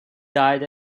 died